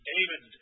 David